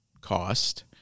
cost